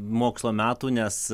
mokslo metų nes